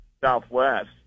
Southwest